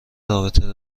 رابطه